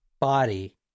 body